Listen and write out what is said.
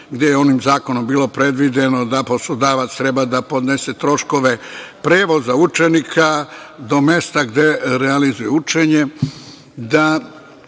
gde je onim zakonom bilo predviđeno da poslodavac treba da podnese troškove prevoza učenika do mesta gde realizuje učenje, da